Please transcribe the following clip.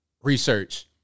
research